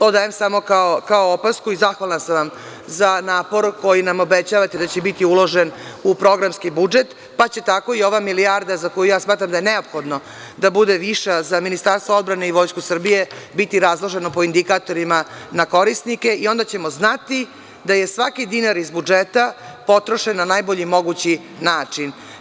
Ovo dajem samo kao opasku i zahvalna sam vam za napor koji nam obećavate da će biti uložen u programski budžet, pa će tako i ova milijarda, za koju smatram da je neophodno da bude viša za Ministarstvo odbrane i Vojsku Srbije, biti razložena po indikatorima na korisnike i onda ćemo znati da je svaki dinar iz budžeta potrošen na najbolji način.